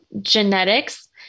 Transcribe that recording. genetics